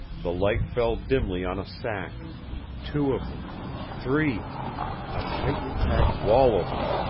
the light fell dimly on a sack two of them three a tightly packed wall of them.